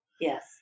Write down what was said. Yes